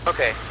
Okay